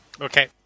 Okay